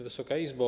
Wysoka Izbo!